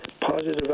positive